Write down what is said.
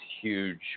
huge